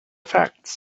facts